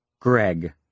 Greg